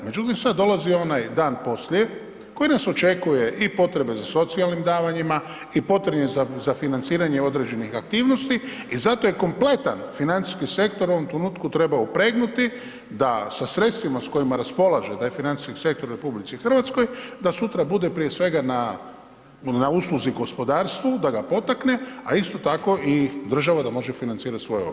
Međutim, sad dolazi onaj dan poslije koji nas očekuje i potrebe za socijalnim davanjima i potrebe za financiranjem određenim aktivnosti i zato kompletan financijski sektoru u ovom trenutku treba upregnuti da sa sredstvima sa kojima raspolaže taj financijski sektor u RH da sutra bude prije svega na usluzi gospodarstvu, da ga potakne, a isto tako i država da može financirati svoje obveze.